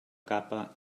capa